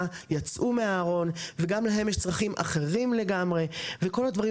יצאו מהארון וגם להם יש צרכים אחרים לגמרי וכל הדברים